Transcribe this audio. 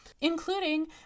including